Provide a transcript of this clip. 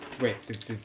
wait